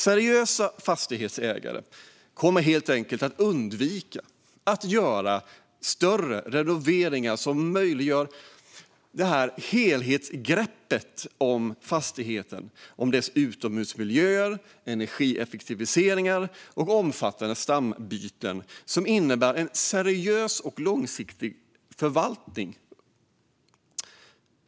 Seriösa fastighetsägare kommer helt enkelt att undvika att göra större renoveringar som möjliggör ett helhetsgrepp om fastigheten och dess utomhusmiljöer, energieffektiviseringar och omfattande stambyten, vilket en seriös och långsiktig förvaltning innebär.